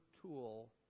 tool